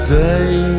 day